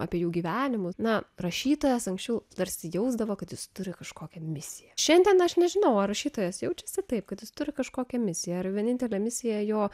apie jų gyvenimus na rašytojas anksčiau tarsi jausdavo kad jis turi kažkokią misiją šiandien aš nežinau ar rašytojas jaučiasi taip kad jis turi kažkokią misiją ar vienintelė misija jo